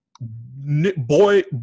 boy